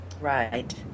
Right